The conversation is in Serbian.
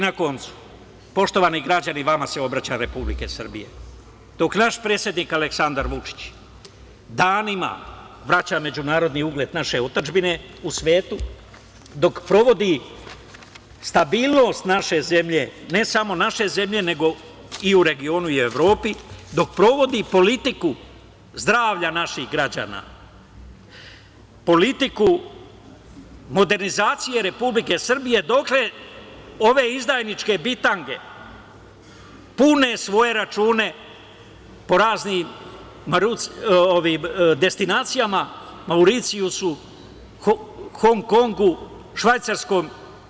Na kraju, poštovani građani Republike Srbije, vama se obraćam, dok naš predsednik Aleksandar Vučić danima vraća međunarodni ugled naše otadžbine u svetu, dok sprovodi stabilnost naše zemlje, ne samo naše zemlje, nego i u regionu i u Evropi, dok sprovodi politiku zdravlja naših građana, politiku modernizacije Republike Srbije, dotle ove izdajničke bitange pune svoje račune po raznim destinacijama -Mauricijusu, Hong Kongu, Švajcarskoj.